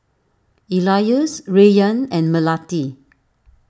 Elyas Rayyan and Melati